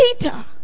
Peter